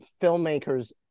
filmmakers